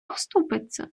вступиться